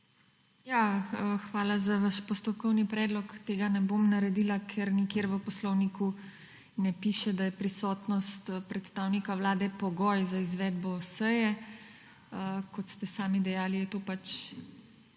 Hvala za vaš postopkovni predlog. Tega ne bom naredila, ker nikjer v poslovniku ne piše, da je prisotnost predstavnika Vlade pogoj za izvedbo seje. Kot ste sami dejali, je to pač